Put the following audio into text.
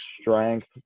strength